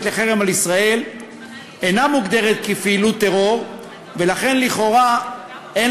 לחרם על ישראל אינה מוגדרת כפעילות טרור ולכן לכאורה אין